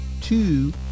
two